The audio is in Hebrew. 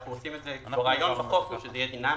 אנחנו עושים את זה הרעיון בחוק הוא שזה יהיה דינמי,